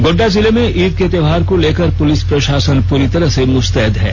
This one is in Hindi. गोड्डा जिले में ईद के त्योहार को लेकर पुलिस प्रषासन परी तरह से मुस्तैद हैं